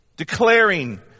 Declaring